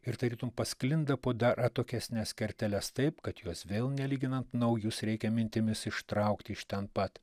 ir tarytum pasklinda po dar atokesnes kerteles taip kad juos vėl nelyginant naujus reikia mintimis ištraukti iš ten pat